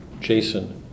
Jason